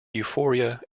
euphoria